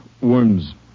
Worms